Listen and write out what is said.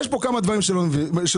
יש פה כבר דברים שלא מובנים.